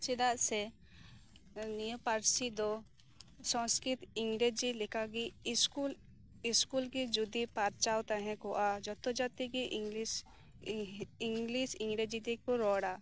ᱪᱮᱫᱟᱜ ᱥᱮ ᱱᱤᱭᱟᱹ ᱯᱟᱹᱨᱥᱤ ᱫᱚ ᱥᱚᱝᱥᱠᱨᱤᱛ ᱤᱝᱨᱮᱡᱤ ᱞᱮᱠᱟ ᱜᱮ ᱥᱠᱩᱞ ᱥᱠᱩᱞ ᱜᱮ ᱡᱩᱫᱤ ᱯᱚᱨᱪᱟᱣ ᱛᱟᱦᱮᱸ ᱠᱚᱜᱼᱟ ᱡᱷᱚᱛᱚ ᱡᱟᱹᱛᱤ ᱜᱮ ᱤᱝᱞᱤᱥ ᱤᱝᱨᱮᱡᱤ ᱛᱮᱜᱮ ᱠᱚ ᱨᱚᱲᱟ